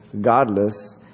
godless